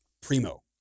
primo